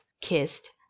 kissed